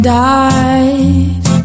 died